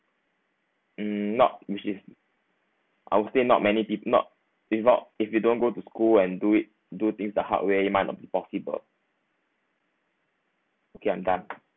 um not which is I would say not many pe~ not if not if you don't go to school and do it do things the hard way you might not be possible okay I'm done